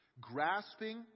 grasping